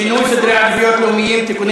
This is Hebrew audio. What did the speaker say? הצעת חוק לשינוי סדרי עדיפויות לאומיים (תיקוני